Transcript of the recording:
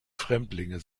fremdlinge